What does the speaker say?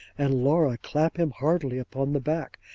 and laura clap him heartily upon the back,